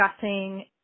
discussing